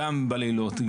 גם בלילות,